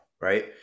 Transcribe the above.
right